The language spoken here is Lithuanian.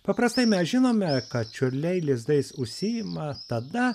paprastai mes žinome kad čiurliai lizdais užsiima tada